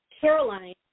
Caroline